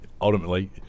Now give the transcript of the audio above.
ultimately